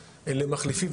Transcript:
למחליפי.